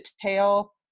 tail